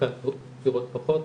חלקן פתירות פחות,